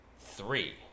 Three